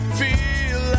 feel